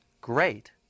great